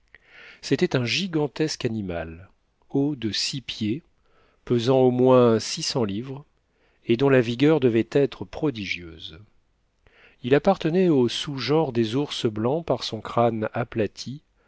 c'était un gigantesque animal haut de six pieds pesant au moins six cents livres et dont la vigueur devait être prodigieuse il appartenait au sous genre des ours blancs par son crâne aplati